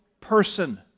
person